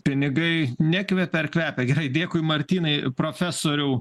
pinigai nekvepia ar kvepia gerai dėkui martynai profesoriau